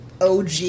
OG